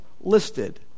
listed